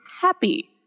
happy